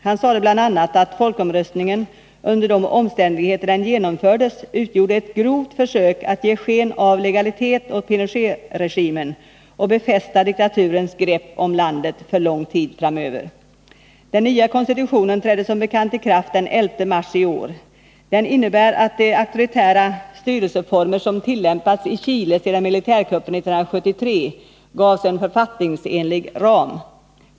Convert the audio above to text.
Han sade bl.a. att folkomröstningen — under de omständigheter den genomfördes — utgjorde ett grovt försök att ge sken av legalitet åt Pinochetregimen och befästa diktaturens grepp om landet för lång tid framöver. Den nya konstitutionen trädde som bekant i kraft den 11 mars i år. Den innebär att de auktoritära styrelseformer som tillämpats i Chile sedan militärkuppen 1973 gavs en författningsenlig ram.